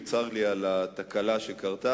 וצר לי על התקלה שקרתה.